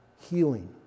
healing